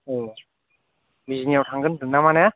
औ बिजिनियाव थांगोन होन्दों नामा ने